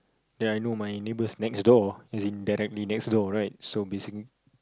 ya I know my neighbors next door as in directly next door right so basically